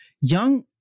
Young